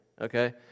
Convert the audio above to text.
okay